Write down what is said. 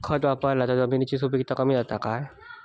खत वापरला तर जमिनीची सुपीकता कमी जाता काय?